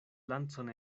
lancon